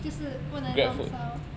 就是不能弄烧